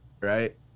Right